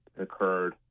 occurred